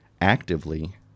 actively